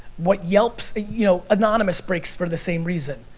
what yelp's, you know, anonymous breaks for the same reason.